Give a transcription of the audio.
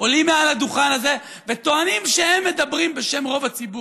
עולים מעל הדוכן הזה וטוענים שהם מדברים בשם רוב הציבור.